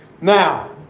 now